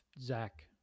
Zach